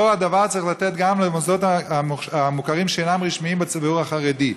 אותו הדבר צריך לתת גם למוסדות המוכרים שאינם רשמיים בציבור החרדי.